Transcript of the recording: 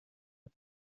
are